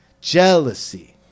Jealousy